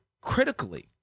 critically